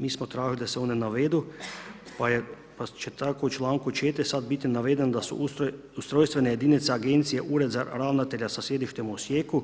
Mi smo tražili da se one navedu, pa će tako u članku 4. sada biti navedeno da su ustrojstvene jedinice Agencije Ured ravnatelja sa sjedištem u Osijeku,